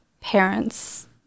parents